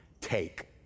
take